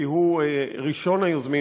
כי הוא ראשון היוזמים.